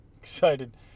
excited